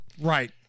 Right